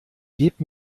gebt